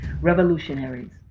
Revolutionaries